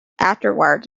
afterwards